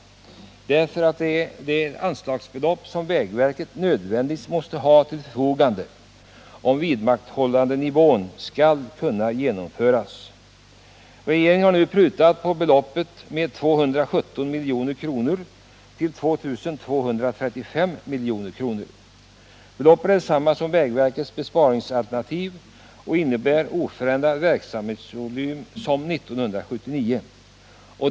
Detta är nämligen ett anslag som vägverket nödvändigtvis måste ha för att vidmakthålla den nuvarande nivån. Regeringen har nu prutat på detta belopp med 217 milj.kr. och föreslagit ett anslag på 2 235 milj.kr. Det beloppet är detsamma som vägverkets besparingsalternativ, och det innebär en oförändrad verksamhetsnivå jämfört med innevarande budgetår.